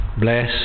bless